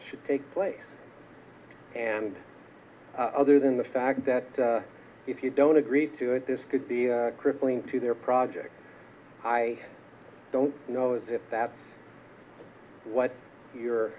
should take place and other than the fact that if you don't agree to it this could be crippling to their project i don't know if that's what you're